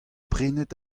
prenet